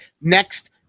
Next